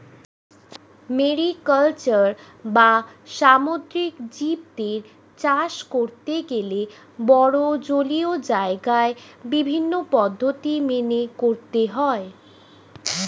mariculture বা সামুদ্রিক জীবদের চাষ করতে গেলে বড়ো জলীয় জায়গায় বিভিন্ন পদ্ধতি মেনে করতে হয়